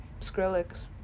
Skrillex